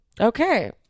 Okay